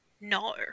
No